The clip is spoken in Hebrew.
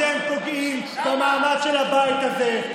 אתם פוגעים במעמד של הבית הזה.